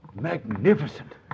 Magnificent